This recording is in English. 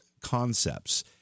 concepts